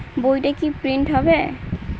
বইটা কি প্রিন্ট হবে?